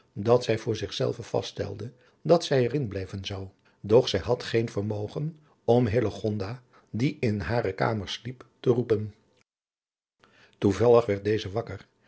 dat zij voor zich zelve vaststelde dat zij er in blijven zou doch zij had geen vermogen om hillegonda die in hare kamer sliep te roepen toevallig werd deze wakker